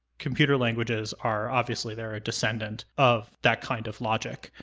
computer languages are obviously they're a descendant of that kind of logic,